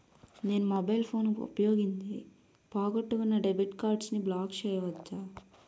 నేను mobile phone ఉపయోగించి పోగొట్టుకున్న డెబిట్ కార్డ్ని బ్లాక్ చేయవచ్చా?